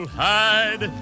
hide